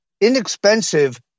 inexpensive